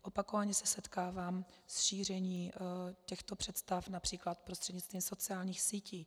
Opakovaně se setkávám s šířením těchto představ např. prostřednictvím sociálních sítí.